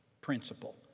principle